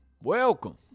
Welcome